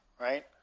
right